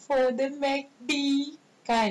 கொடுமடி:kodumadi right